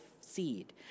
seed